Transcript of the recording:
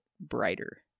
brighter